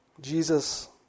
Jesus